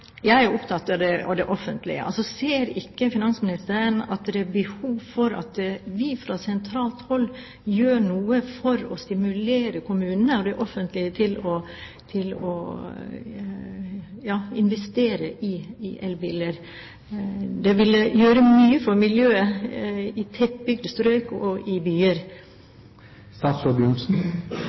jeg er opptatt av det offentlige. Ser ikke finansministeren at det er behov for at vi fra sentralt hold gjør noe for å stimulere kommunene og det offentlige til å investere i elbiler? Det ville gjøre mye for miljøet i tettbygde strøk og i byer.